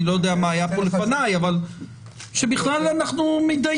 לא יודע מה היה פה לפניי שבכלל אנחנו מתדיינים.